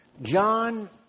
John